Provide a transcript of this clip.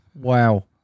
Wow